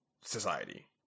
society